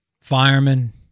firemen